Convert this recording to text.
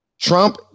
Trump